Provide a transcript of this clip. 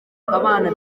abana